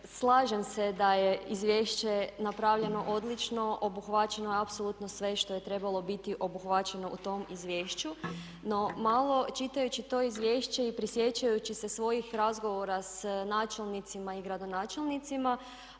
slažem se da je Izvješće napravljeno odlično, obuhvaćeno je apsolutno sve što je trebalo biti obuhvaćeno u tom izvješću no malo čitajući to izvješće i prisjećajući se svojih razgovora s načelnicima i gradonačelnicima,